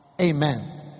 Amen